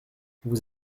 vous